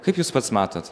kaip jūs pats matot